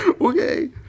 Okay